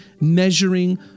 measuring